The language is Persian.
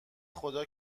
خدا